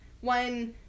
One